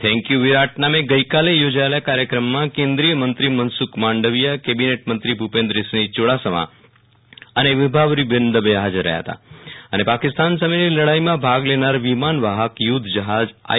thank you Virat નામ આજે યોજાયેલા કાર્યક્રમમાં કેન્દીયમંત્રી મનસુખ માંડવિયા કબિનેટ મંત્રી ભુપેન્દ્રસિંહ ચુડાસમા અને વિભાવરીબેન દવે હાજર રહયા હતા અને પાકિસ્તાન સામેની લડાઈમાં ભાગ લેનાર વિમાન યુધ્ધ જહાજ આઈ